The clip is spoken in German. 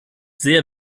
sehr